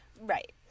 Right